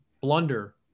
blunder